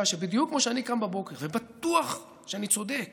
שבדיוק כמו שאני קם בבוקר ובטוח שאני צודק